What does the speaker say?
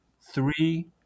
three